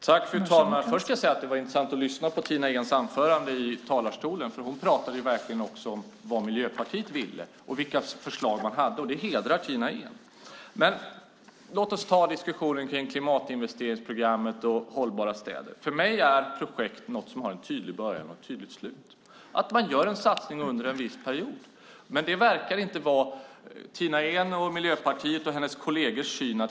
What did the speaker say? Fru ålderspresident! Först ska jag säga att det var intressant att lyssna på Tina Ehns anförande i talarstolen. Hon pratade om vad Miljöpartiet ville och vilka förslag man hade. Det hedrar Tina Ehn. Men låt oss ta diskussionen kring klimatinvesteringsprogrammet och Hållbara städer. För mig är projekt något som har en tydlig början och ett tydligt slut. Man gör en satsning under en viss period. Men det verkar inte vara Tina Ehns, Miljöpartiets och hennes kollegers syn.